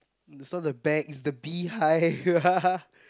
you saw the bag with the bee hive